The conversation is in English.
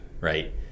right